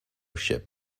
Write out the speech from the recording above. ship